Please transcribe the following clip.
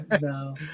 no